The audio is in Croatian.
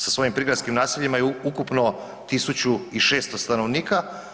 Sa svojim prigradskim naseljima je ukupno 1600 stanovnika.